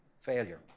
failure